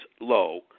low